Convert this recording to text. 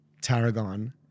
tarragon